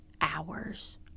hours